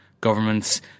governments